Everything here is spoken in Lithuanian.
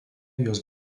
jos